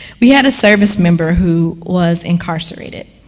we had a service member who was incarcerated,